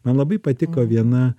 man labai patiko viena